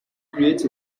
creates